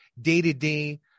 day-to-day